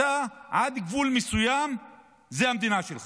עד גבול מסוים זה המדינה שלך,